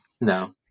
no